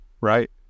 right